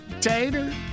Tater